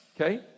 Okay